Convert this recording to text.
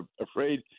afraid